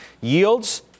Yields